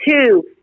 Two